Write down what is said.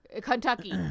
Kentucky